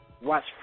watch